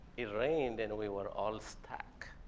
it rained, and we were all stuck.